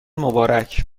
مبارک